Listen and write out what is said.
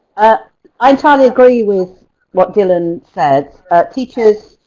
ah i totally agree with what dylan said. teachers,